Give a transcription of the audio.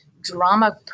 drama